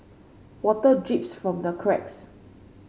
water drips from the cracks